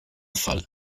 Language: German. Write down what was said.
fall